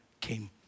came